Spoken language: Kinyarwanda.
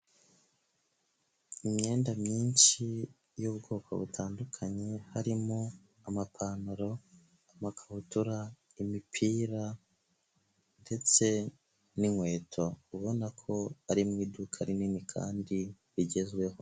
Imyenda myinshi yo mu bwoko butandukanye, harimo amapantaro, amakabutura, imipira ndetse n'inkweto. Ubona ko ari mu iduka rinini kandi rigezweho.